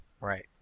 Right